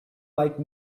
like